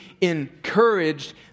encouraged